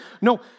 No